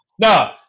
No